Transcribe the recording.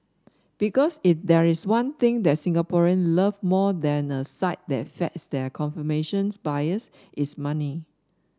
because if there is one thing that Singaporean love more than a site that feeds their confirmations bias it's money